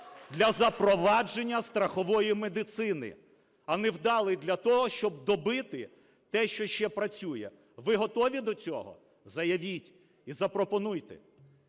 Для запровадження страхової медицини, а невдалий для того, щоб добити те, що ще працює. Ви готові до цього? Заявіть і запропонуйте.